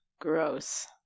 Gross